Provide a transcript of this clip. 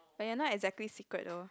but you're not exactly secret though